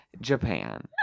Japan